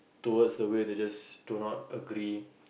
towards the way they just do not agree